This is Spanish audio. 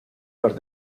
los